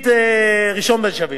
ראשית, ראשון בין שווים,